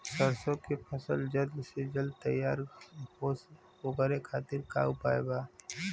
सरसो के फसल जल्द से जल्द तैयार हो ओकरे खातीर का उपाय बा?